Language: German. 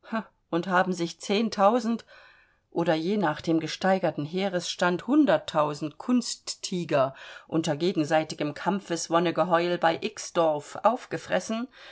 und haben sich zehntausend oder je nach dem gesteigerten heeresstand hunderttausend kunsttiger unter gegenseitigem kampfeswonne geheul bei xdorf aufgefressen